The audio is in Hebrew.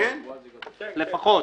כן, לפחות.